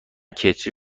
کتری